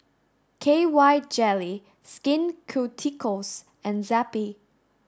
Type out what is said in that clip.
K Y jelly Skin Ceuticals and Zappy